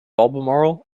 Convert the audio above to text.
albemarle